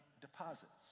deposits